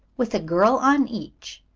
with a girl on each.